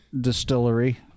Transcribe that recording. Distillery